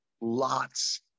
lots